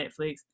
Netflix